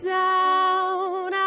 down